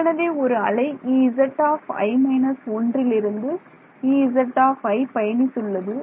ஏற்கனவே ஒரு அலை Ezi − 1 இல் இருந்து Ez பயணித்துள்ளது